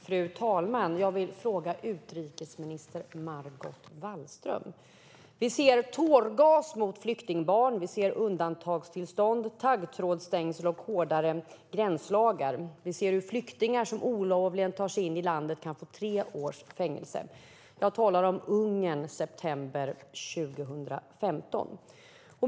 Fru talman! Jag vill fråga utrikesminister Margot Wallström följande. Vi ser tårgas mot flyktingbarn. Vi ser undantagstillstånd, taggtrådsstängsel och hårdare gränslagar. Vi ser att flyktingar som olovligen tar sig in i landet kan få tre års fängelse. Jag talar om Ungern i september 2015.